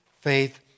faith